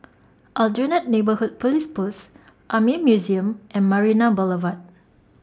Aljunied Neighbourhood Police Post Army Museum and Marina Boulevard